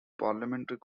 parliamentary